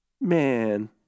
Man